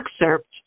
excerpt